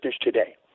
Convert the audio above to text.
today